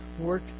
Work